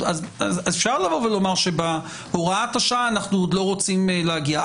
אפשר לומר שבהוראת השעה אנחנו עוד לא רוצים להגיע,